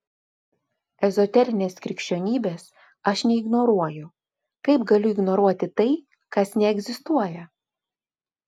ezoterinės krikščionybės aš neignoruoju kaip galiu ignoruoti tai kas neegzistuoja